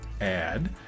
Add